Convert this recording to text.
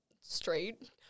straight